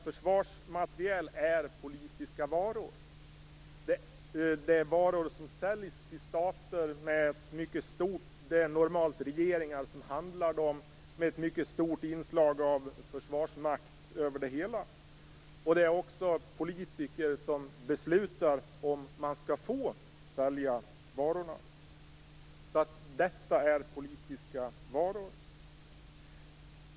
Försvarsmateriel är nämligen politiska varor. Det är varor som normalt har regeringar som köpare, och det är ett mycket stort inslag av försvarsmakt över det hela. Det är också politiker som beslutar om varorna skall få säljas. Detta är alltså politiska varor.